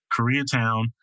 Koreatown